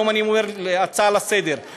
והיום אני אומר הצעה לסדר-היום,